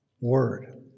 word